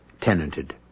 tenanted